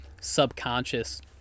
subconscious